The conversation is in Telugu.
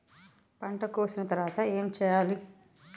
పంట కోసిన తర్వాత ఏం చెయ్యాలి?